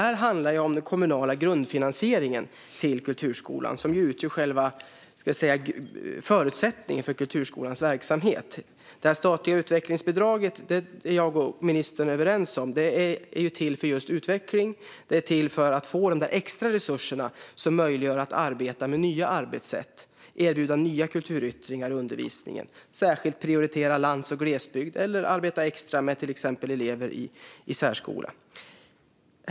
Här handlar det om den kommunala grundfinansieringen till kulturskolan som ju utgör själva förutsättningen för kulturskolans verksamhet. Jag och ministern är överens om att det statliga utvecklingsbidraget är till för utveckling och för att få de extra resurser som gör att man kan arbeta med nya arbetssätt, erbjuda nya kulturyttringar i undervisningen, särskilt prioritera lands och glesbygd eller arbeta extra med till exempel elever i särskolan.